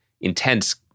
intense